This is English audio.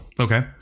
Okay